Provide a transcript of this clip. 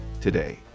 today